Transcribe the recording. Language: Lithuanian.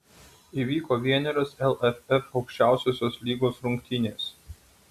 įvyko vienerios lff aukščiausiosios lygos rungtynės